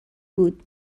بود